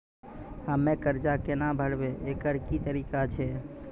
हम्मय कर्जा केना भरबै, एकरऽ की तरीका छै?